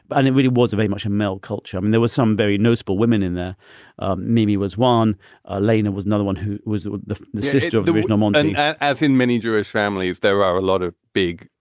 but and it really was a very much a male culture. i mean, there were some very notable women in the ah memy was one ah lainer was another one who was the the sister of the original um and and as in many jewish families, there are a lot of big,